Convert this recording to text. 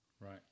Right